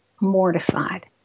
mortified